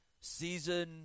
season